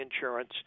insurance